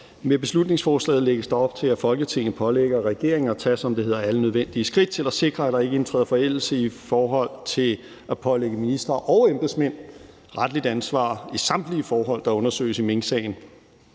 Med beslutningsforslaget lægges der op til, at Folketinget pålægger regeringen at tage, som det hedder, alle nødvendige skridt for at sikre, at der ikke indtræder forældelse i forhold til at pålægge ministre og embedsmænd retligt ansvar i samtlige forhold, der undersøges i minksagen.